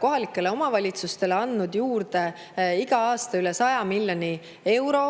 kohalikele omavalitsustele toetuseks andnud juurde igal aastal üle 100 miljoni euro,